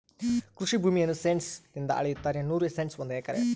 ಕೃಷಿ ಭೂಮಿಯನ್ನು ಸೆಂಟ್ಸ್ ನಿಂದ ಅಳೆಯುತ್ತಾರೆ ನೂರು ಸೆಂಟ್ಸ್ ಒಂದು ಎಕರೆ